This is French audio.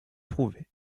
prouvée